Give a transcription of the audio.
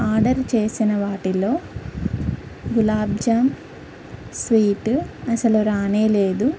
order చేసిన వాటిలో గులాబ్జామ్ స్వీటు అసలు రానే లేదు